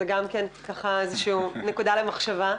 זה גם כן ככה איזושהי נקודה למחשבה.